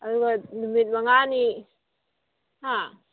ꯑꯗꯨꯒ ꯅꯨꯃꯤꯠ ꯃꯉꯥꯅꯤ ꯍꯥ